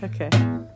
Okay